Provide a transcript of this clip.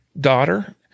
daughter